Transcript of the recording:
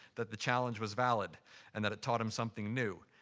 that the challenge was valid and that it taught him something new.